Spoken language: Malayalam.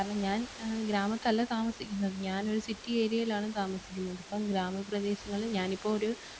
കാരണം ഞാൻ ഗ്രാമത്തിലല്ല താമസിക്കുന്നത് ഞാനൊരു സിറ്റി ഏരിയയിലാണ് താമസിക്കുന്നത് ഇപ്പം ഗ്രാമ പ്രദേശങ്ങളിൽ ഞാനിപ്പോൾ ഒരു